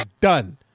done